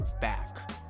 back